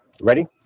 Ready